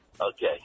Okay